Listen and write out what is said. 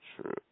true